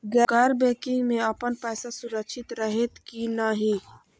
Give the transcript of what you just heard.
गैर बैकिंग में अपन पैसा सुरक्षित रहैत कि नहिं?